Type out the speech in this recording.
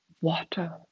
water